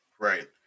Right